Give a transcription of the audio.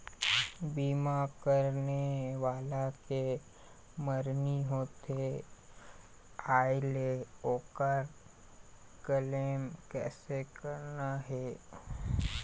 बीमा करने वाला के मरनी होथे जाय ले, ओकर क्लेम कैसे करना हे?